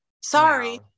sorry